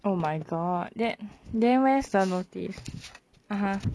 oh my god then then where's the notice (uh huh)